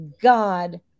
God